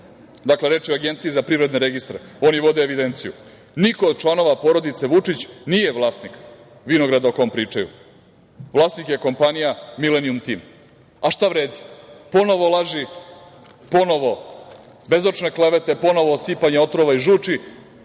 Dakle, reč je o Agenciji za privredne registre. Oni vode evidenciju. Niko od članova porodice Vučić nije vlasnik vinograda o kojem pričaju, vlasnik je kompanija „Milenijum tim“. Šta vredi? Ponovo laži, ponovo bezočne klevete, ponovo sipanje otrova i žuči